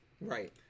right